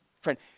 Friend